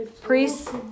Priests